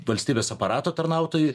valstybės aparato tarnautojui